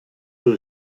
who